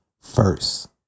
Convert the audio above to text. first